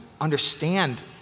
understand